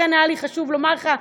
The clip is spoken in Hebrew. לכן היה לי חשוב לומר לך,